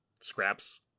Scraps